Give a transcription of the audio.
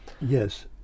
Yes